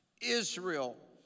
Israel